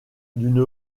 d’une